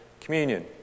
communion